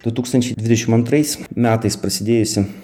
du tūkstančiai dvidešim antrais metais prasidėjusi